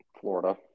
Florida